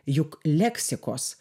juk leksikos